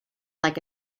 like